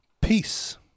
peace